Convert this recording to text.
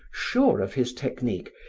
sure of his technique,